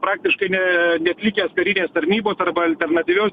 praktiškai ne neatlikęs karinės tarnybos arba alternatyvios